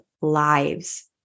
lives